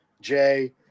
Jay